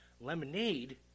lemonade